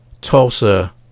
Tulsa